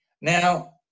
Now